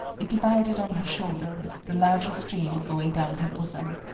it divided on her shoulder, the larger stream going down her bosom.